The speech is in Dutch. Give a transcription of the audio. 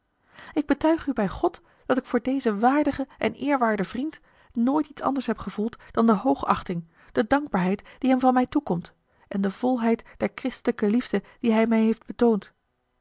ik betuige u bij god dat ik voor dezen waardigen en eerwaarden vriend nooit iets anders heb gevoeld dan de hoogachting de dankbaarheid die hem van mij toekomt en de volheid der christelijke liefde die hij mij heeft betoond